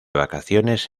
vacaciones